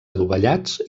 adovellats